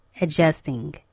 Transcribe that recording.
adjusting